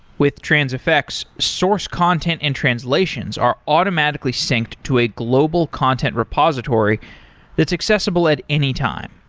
with transifex, source content and translations are automatically synced to a global content repository that's accessible at any time.